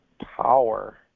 power